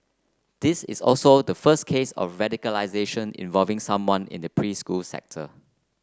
this is also the first case of radicalisation involving someone in the preschool sector